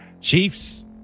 Chiefs